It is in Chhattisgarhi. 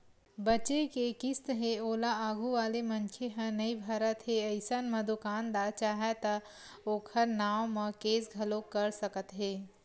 बचें के किस्त हे ओला आघू वाले मनखे ह नइ भरत हे अइसन म दुकानदार चाहय त ओखर नांव म केस घलोक कर सकत हे